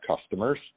customers